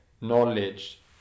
knowledge